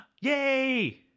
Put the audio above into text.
yay